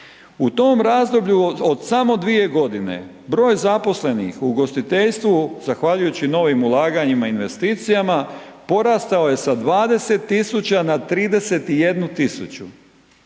U tom razdoblju od samo dvije godine broj zaposlenih u ugostiteljstvu zahvaljujući novim ulaganjima i investicijama porastao je sa 20 tisuća na 31